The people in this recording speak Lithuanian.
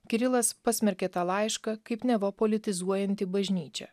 kirilas pasmerkė tą laišką kaip neva politizuojantį bažnyčią